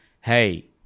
hey